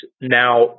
now